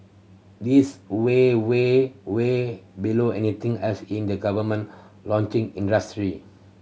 this way way way below anything else in the government launching industry